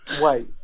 wait